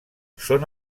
són